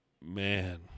man